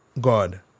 God